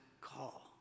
call